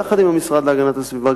יחד עם המשרד להגנת הסביבה,